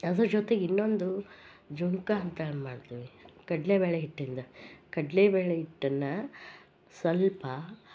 ಅದ್ರ ಜೊತೆಗೆ ಇನ್ನೊಂದು ಜುಣ್ಕ ಅಂತ ಮಾಡ್ತೀವು ಕಡಲೆಬೇಳೆ ಹಿಟ್ಟಿಂದು ಕಡಲೆಬೇಳೆ ಹಿಟ್ಟನ್ನ ಸ್ವಲ್ಪ